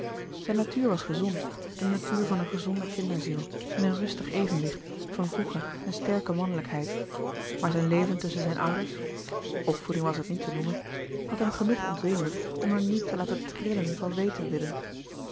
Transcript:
zijn natuur was gezond de natuur van een gezonde kinderziel in een rustig evenwicht van vroege en sterke mannelijkheid maar zijn leven tusschen zijne ouders opvoeding was het niet te noemen had hem genoeg ontzenuwd om hem nu te laten trillen van